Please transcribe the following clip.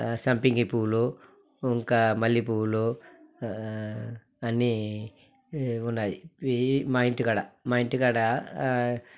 సంపంగి పూలు ఇంకా మల్లె పువ్వులు అన్నీ ఉన్నాయి ఈ మా ఇంటికాడ మా ఇంటికాడా